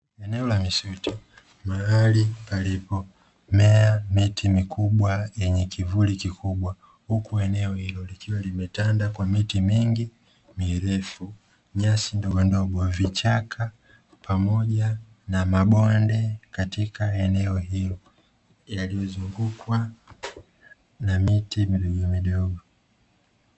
Eneo la misitu, mahali palipomea miti mikubwa yenye kivuli kikubwa, huku eneo hilo likiwa limetanda kwa miti mingi mirefu, nyasi ndogondogo, vichaka pamoja na mabonde katika eneo hilo yaliyozungukwa na miti midogomidogo.